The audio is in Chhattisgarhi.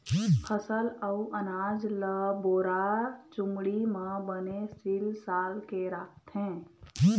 फसल अउ अनाज ल बोरा, चुमड़ी म बने सील साल के राखथे